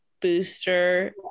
booster